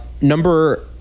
Number